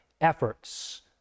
efforts